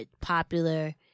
popular